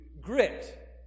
grit